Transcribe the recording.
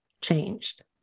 changed